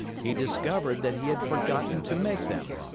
he discovered that he had forgotten to make them!